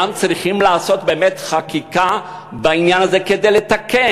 גם צריכים לעשות באמת חקיקה בעניין הזה כדי לתקן.